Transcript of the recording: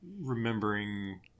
remembering